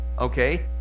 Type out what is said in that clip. okay